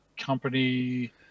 company